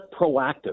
proactive